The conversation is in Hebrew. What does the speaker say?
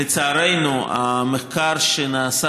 לצערנו, המחקר שנעשה